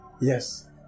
Yes